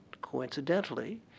coincidentally